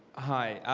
hi.